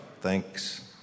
thanks